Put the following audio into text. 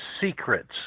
secrets